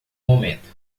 momento